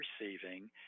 receiving